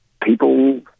People